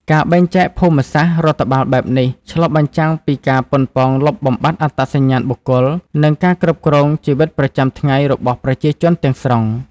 ការបែងចែកភូមិសាស្ត្ររដ្ឋបាលបែបនេះឆ្លុះបញ្ចាំងពីការប៉ុនប៉ងលុបបំបាត់អត្តសញ្ញាណបុគ្គល និងការគ្រប់គ្រងជីវិតប្រចាំថ្ងៃរបស់ប្រជាជនទាំងស្រុង។